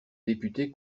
députés